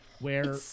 where-